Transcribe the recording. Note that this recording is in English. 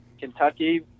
Kentucky